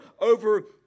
over